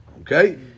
Okay